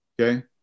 Okay